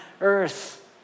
earth